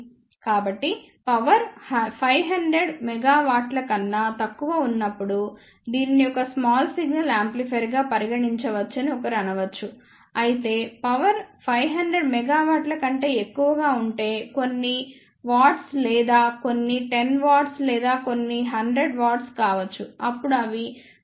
కాబట్టి పవర్ 500 మెగావాట్ల కన్నా తక్కువ ఉన్నప్పుడు దీనిని ఒక స్మాల్ సిగ్నల్ యాంప్లిఫైయర్గా పరిగణించవచ్చని ఒకరు అనవచ్చు అయితే పవర్ 500 మెగావాట్ల కంటే ఎక్కువగా ఉంటే కొన్ని వాట్స్ లేదా కొన్ని 10 W లేదా కొన్ని 100 W కావచ్చు అప్పుడు అవి పవర్ యాంప్లిఫైయర్లుగా పరిగణించవచ్చు